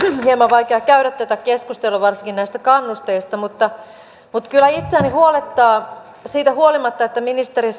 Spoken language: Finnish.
hieman vaikea käydä tätä keskustelua varsinkin näistä kannusteista mutta mutta kyllä itseäni huolettaa siitä huolimatta että ministeri